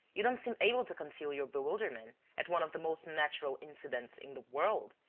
you don't seem able to conceal your bewilderment at one of the most natural incidents in the world,